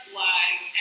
lives